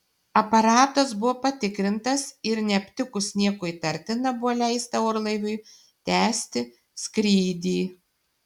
aparatas buvo patikrintas ir neaptikus nieko įtartina buvo leista orlaiviui tęsti skrydį